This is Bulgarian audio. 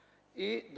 и,